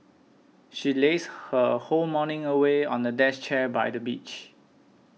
she lazed her whole morning away on a desk chair by the beach